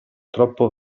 troppo